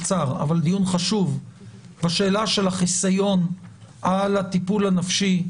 דיון חשוב בשאלה של החיסיון על הטיפול הנפשי,